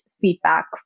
feedback